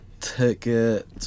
ticket